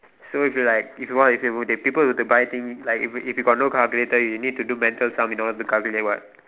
so if you like if you want to say if people were to buy things like if you if you got no calculator you need to do mental sum in order to calculate [what]